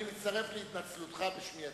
אני מצטרף להתנצלותך בשמי עצמי.